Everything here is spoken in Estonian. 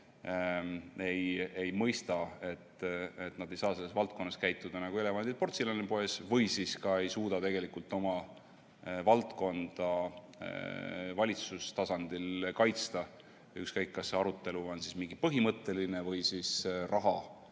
ei mõista, et nad ei saa selles valdkonnas käituda nagu elevandid portselanipoes, või siis ei suuda nad tegelikult oma valdkonda valitsuse tasandil kaitsta, ükskõik kas arutelu on mõne põhimõtte üle või